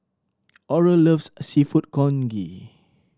Oral loves Seafood Congee